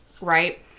right